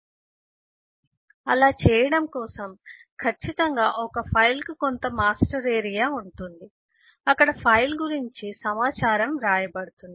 కాబట్టి అలా చేయడం కోసం ఖచ్చితంగా ఒక ఫైల్కు కొంత మాస్టర్ ఏరియా ఉంటుంది అక్కడ ఫైల్ గురించి సమాచారం వ్రాయబడుతుంది